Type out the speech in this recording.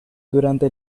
durante